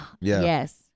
yes